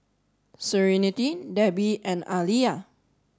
serenity Debby and Aaliyah